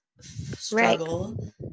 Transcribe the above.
struggle